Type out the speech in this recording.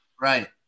Right